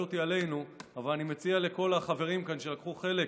האחריות היא עלינו אבל אני מציע לכל החברים כאן שלקחו חלק